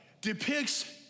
depicts